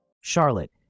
Charlotte